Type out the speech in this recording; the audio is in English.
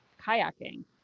kayaking